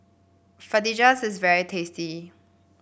fajitas is very tasty